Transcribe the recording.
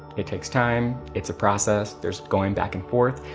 it takes time, it's a process, there's going back and forth.